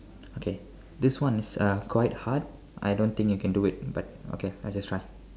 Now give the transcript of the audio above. okay this one is uh quite hard I don't think you can do it but okay I'll just try